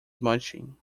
munching